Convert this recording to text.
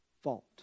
fault